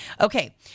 okay